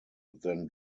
then